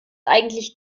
eigentlich